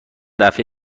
دفعه